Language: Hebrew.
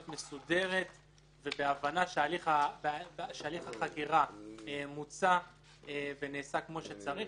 מסודרת ובהבנה שהליך החקירה מוצה ונעשה כמו שצריך,